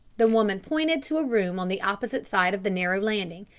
the woman pointed to a room on the opposite side of the narrow landing.